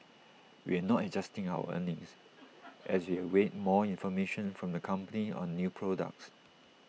we are not adjusting our earnings as we await more information from the company on new products